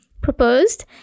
proposed